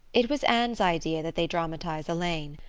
it was anne's idea that they dramatize elaine.